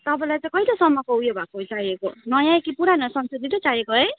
तपाईँलाई चाहिँ कहिलेसम्मको उयो भएको चाहिएको नयाँ कि पुरानो संशोधित नै चाहिएको है